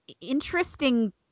interesting